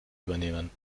übernehmen